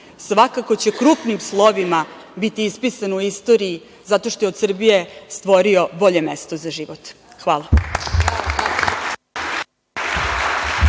svakako će krupnim slovima biti ispisan u istoriji, zato što je od Srbije stvorio bolje mesto za život. Hvala.